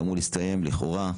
שאמור להסתיים לכאורה ב-30.07.2023.